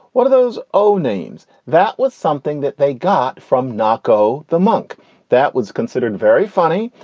one of those oh names. that was something that they got from nocco, the monk that was considered very funny.